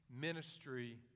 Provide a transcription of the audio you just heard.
ministry